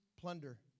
plunder